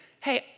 hey